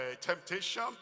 temptation